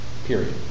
Period